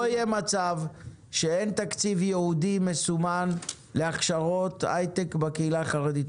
יהיה מצב שאין תקציב ייעודי מסומן להכשרות היי-טק בקהילה החרדית.